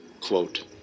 Quote